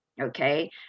Okay